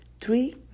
three